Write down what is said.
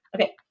Okay